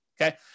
okay